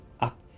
up